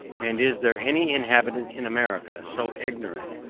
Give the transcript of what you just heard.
and is there any inhabitant in america so ignorant,